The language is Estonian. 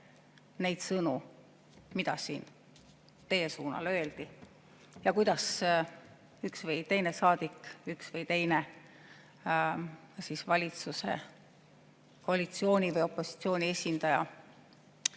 neid sõnu, mida siin teie suunal öeldi, ja milliseid sõnu üks või teine saadik, üks või teine valitsuse, koalitsiooni või opositsiooni esindaja